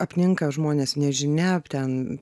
apninka žmones nežinia ten